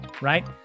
right